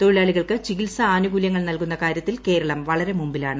തൊഴിലാളികൾക്ക് ചികിത്സാ ആനുകൂലൃങ്ങൾ നൽകുന്ന കാരൃത്തിൽ കേരളം വളരെ മുമ്പിലാണ്